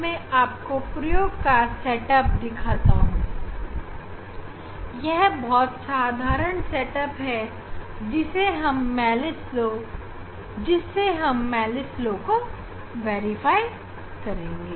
मैं आपको प्रयोग का सेट अप दिखाता हूं यह एक बहुत साधारण सेट अप है जिससे हम मेलस ला को सत्यापित करेंगे